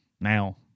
now